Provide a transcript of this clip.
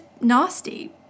nasty